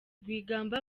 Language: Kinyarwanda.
rwigamba